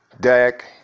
Dak